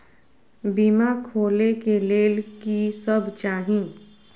बीमा खोले के लेल की सब चाही?